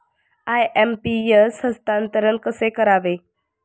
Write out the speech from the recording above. IMPS हस्तांतरण कसे करावे?